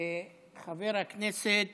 חבר הכנסת